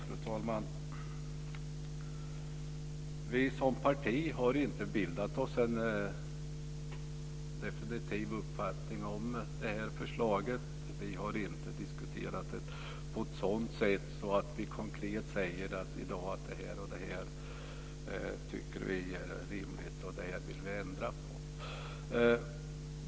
Fru talman! Vi som parti har inte bildat oss en definitiv uppfattning om förslaget. Vi har inte diskuterat det så att vi konkret säger att det här tycker vi är rimligt och det här vill vi ändra på.